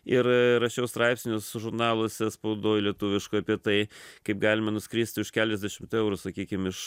ir rašiau straipsnius žurnaluose spaudoj lietuviškai apie tai kaip galima nuskristi už keliasdešimt eurų sakykim iš